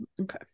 Okay